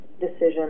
decision